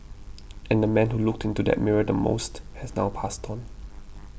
and the man who looked into that mirror the most has now passed on